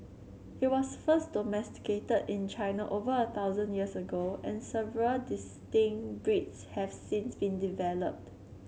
it was first domesticated in China over a thousand years ago and several distinct breeds have since been developed